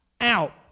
out